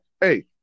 Hey